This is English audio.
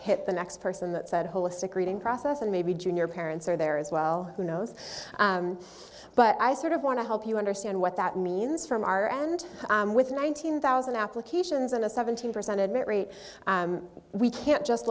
hit the next person that said holistic reading process and maybe junior parents are there as well who knows but i sort of want to help you understand what that means from our end with nineteen thousand applications and a seventeen percent admit rate we can't just